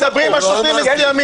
לא אמרתי.